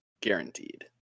guaranteed